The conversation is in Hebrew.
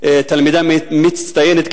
תלמידה מצטיינת,